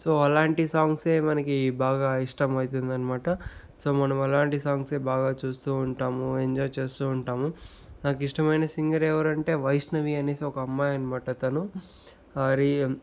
so అలాంటి సాంగ్సే మనికి బాగా ఇష్టం అయితుందనమాట సో మనం అలాంటి సాంగ్స్ఏ బాగా చూస్తూ ఉంటాము ఎంజాయ్ చేస్తూ ఉంటాము నాకు ఇష్టమైన సింగర్ ఎవరంటే వైష్ణవి అనేసి ఒక అమ్మాయి అనమాట తను ఆరి